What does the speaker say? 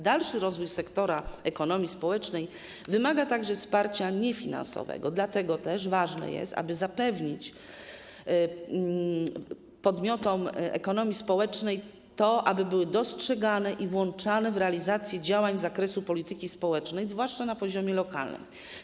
Dalszy rozwój sektora ekonomii społecznej wymaga także wsparcia niefinansowego, dlatego też ważne jest, aby zapewnić podmiotom ekonomii społecznej to, aby były dostrzegane i włączane w realizację działań z zakresu polityki społecznej, zwłaszcza na poziomie lokalnym.